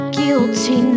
guilty